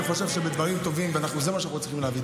אני חושב שדברים טובים זה מה שאנחנו צריכים להביא,